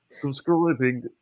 Subscribing